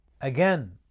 Again